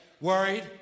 worried